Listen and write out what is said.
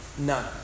None